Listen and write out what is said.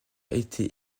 été